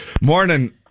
Morning